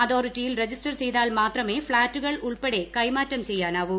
അതോറിറ്റിയിൽ ് രജിസ്റ്റർ ചെയ്താൽ മാത്രമേ ഫ്ളാറ്റുകൾ ഉൾപ്പെടെ കൈമാറ്റം ചെയ്യാനാവൂ